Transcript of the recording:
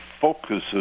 focuses